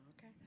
Okay